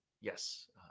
Yes